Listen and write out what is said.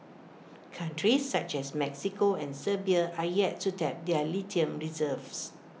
countries such as Mexico and Serbia are yet to tap their lithium reserves